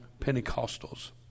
Pentecostals